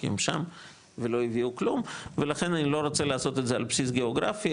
כי הם שם ואין להם כלום ולכן אני לא רוצה לעשות את זה על בסיס גאוגרפי,